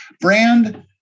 Brand